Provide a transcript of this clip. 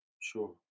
Sure